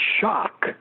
shock